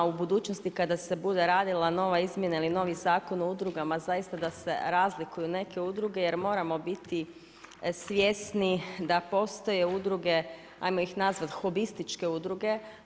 U budućnosti kada se bude radila nova izmjena ili novi Zakon o udrugama, zaista da se razlikuju neke udruge, jer moramo biti svjesni da postoje udruge, ajmo ih nazvati, hobističke udruge.